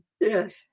yes